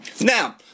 Now